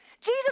Jesus